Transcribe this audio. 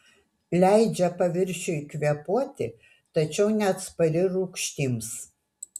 leidžia paviršiui kvėpuoti tačiau neatspari rūgštims